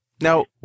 now